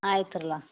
ಆಯ್ತ್ರಲ್ಲಾ